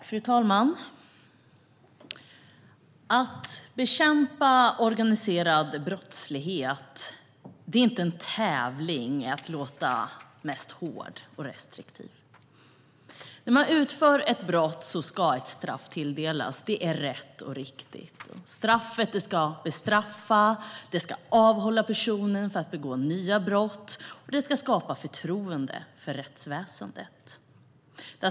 Fru talman! Att bekämpa organiserad brottslighet är inte en tävling i att låta mest hård och restriktiv. När man utför ett brott ska ett straff tilldelas; det är rätt och riktigt. Straffet ska bestraffa, det ska avhålla personen från att begå nya brott och det ska skapa förtroende för rättsväsendet.